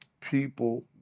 people